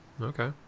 Okay